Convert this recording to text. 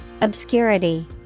Obscurity